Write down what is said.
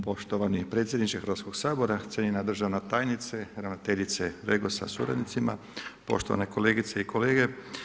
Poštovani predsjedniče Hrvatskog sabora, cijenjena državna tajnice, ravnateljice REGOS-a sa suradnicima, poštovane kolegice i kolege.